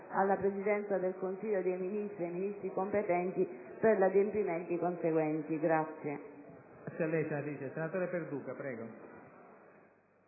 alla Presidenza del Consiglio dei ministri e ai Ministri competenti per gli adempimenti conseguenti.